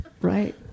Right